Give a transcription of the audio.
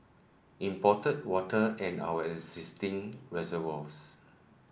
imported water and our existing reservoirs